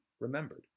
remembered